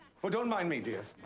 oh, don't mind me, dears.